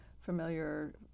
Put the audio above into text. familiar